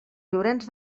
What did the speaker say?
llorenç